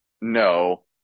No